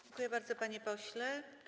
Dziękuję bardzo, panie pośle.